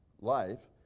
life